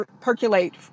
percolate